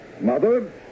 Mother